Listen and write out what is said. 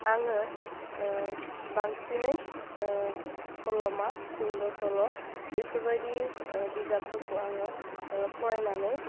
आङो बांसिनै सल'मा सुंद' सल' बेफोरबायदि बिजाबफोरखौ आङो फरायनानै